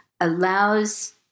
allows